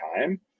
time